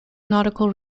nautical